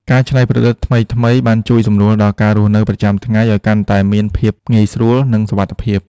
ការច្នៃប្រឌិតថ្មីៗបានជួយសម្រួលដល់ការរស់នៅប្រចាំថ្ងៃឱ្យកាន់តែមានភាពងាយស្រួល និងសុវត្ថិភាព។